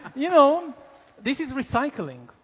you know this is recycling.